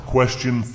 Question